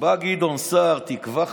בא גדעון סער, תקווה חדשה,